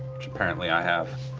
which apparently i have.